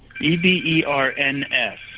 E-B-E-R-N-S